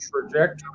trajectory